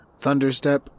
thunderstep